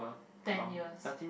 ten years